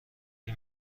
این